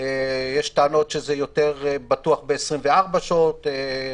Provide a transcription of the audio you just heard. יש טענות שזה יותר בטוח ב-24 שעות,